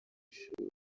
ishuri